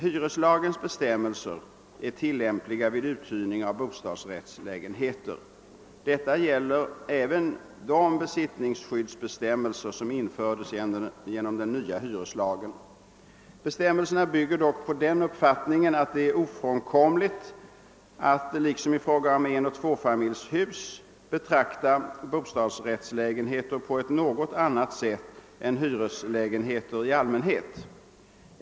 Hyreslagens bestämmelser är tillämpliga vid uthyrning av bostadsrättslägenheter. Detta gäller även de besittningsskyddsbestämmelser som infördes genom den nya hyreslagen. Bestämmelserna bygger dock på den uppfattningen att det är ofrånkomligt att liksom i fråga om enoch tvåfamiljshus betrakta bostadsrättslägenheter på ett något annat sätt än hyreslägenheter i allmänhet.